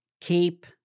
keep